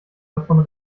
andere